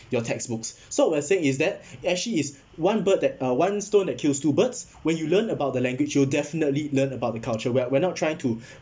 your textbooks so we're saying is that actually is one bird that uh one stone that kills two birds where you learn about the language you definitely learn about the culture we're we're not trying to